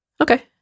Okay